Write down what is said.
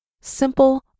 simple